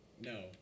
No